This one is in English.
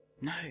No